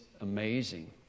amazing